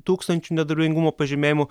tūkstančių nedarbingumo pažymėjimų